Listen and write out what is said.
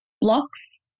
blocks